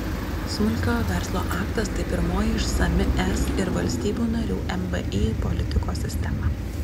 smulkiojo verslo aktas tai pirmoji išsami es ir valstybių narių mvį politikos sistema